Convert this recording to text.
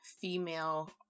female